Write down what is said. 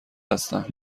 هستم